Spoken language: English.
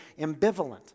ambivalent